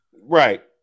Right